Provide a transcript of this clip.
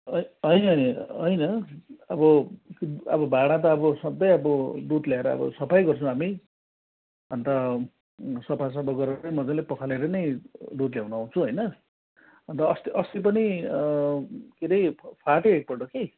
है होइन होइन होइन अब अब भाडा त अब सधैँ अब दुध ल्याएर अब सफाई गर्छौँ हामी अन्त सफा सफा गरेर मजाले पखालेर नै दुध ल्याउँनु होइन अन्त अस्ति अस्ति पनि अँ के अरे फाटो एकपल्ट कि